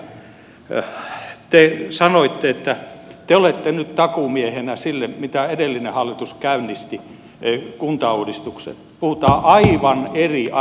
edustaja mäkelä te sanoitte että te olette nyt takuumiehenä sille kun edellinen hallitus käynnisti kuntauudistuksen